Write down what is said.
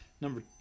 Number